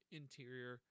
interior